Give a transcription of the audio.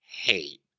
hate